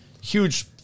huge –